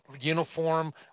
uniform